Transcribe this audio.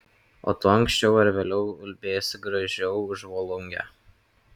o tu anksčiau ar vėliau ulbėsi gražiau už volungę